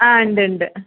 ആ ഉണ്ട് ഉണ്ട്